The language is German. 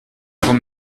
kommen